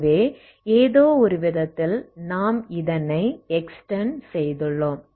ஆகவே ஏதோ ஒரு விதத்தில் நாம் இதனை எக்ஸ்டெண்ட் செய்துள்ளோம்